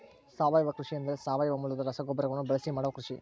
ಸಾವಯವ ಕೃಷಿ ಎಂದರೆ ಸಾವಯವ ಮೂಲದ ರಸಗೊಬ್ಬರಗಳನ್ನು ಬಳಸಿ ಮಾಡುವ ಕೃಷಿ